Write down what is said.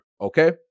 okay